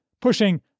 pushing